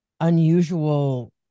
unusual